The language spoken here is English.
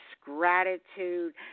gratitude